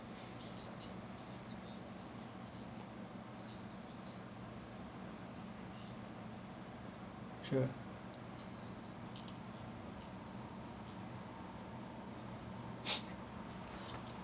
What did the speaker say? sure